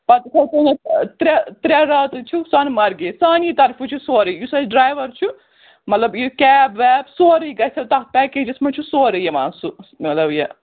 پَتہٕ حظ ترٛےٚ ترٛےٚ راتہٕ چھُو سۄنہٕ مَرگہِ سانی طرفہٕ چھُ سورُے یُس اَسہِ ڈرٛایوَر چھُ مطلب یہِ کیب ویب سورُے گژھٮ۪و تَتھ پیکیجَس منٛز چھُ سورُے یِوان سُہ مطلب یہِ